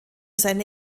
seine